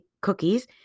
cookies